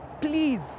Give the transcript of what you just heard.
Please